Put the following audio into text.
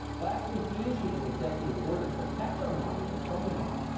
last week, he issued an executive order to protect our monuments from the mob.